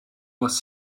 was